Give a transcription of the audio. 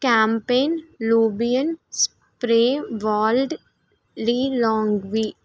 campaign లూబియన్ spray వాల్డ్ లీలాంగ్వి